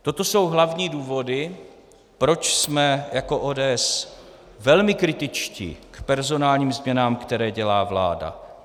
Toto jsou hlavní důvody, proč jsme jako ODS velmi kritičtí k personálním změnám, které dělá vláda.